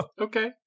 okay